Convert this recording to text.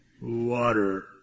water